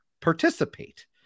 participate